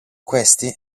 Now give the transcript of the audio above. questi